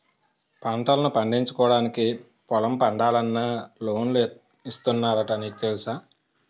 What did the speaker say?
పంటల్ను పండించుకోవడానికి పొలం పండాలన్నా లోన్లు ఇస్తున్నారట నీకు తెలుసా?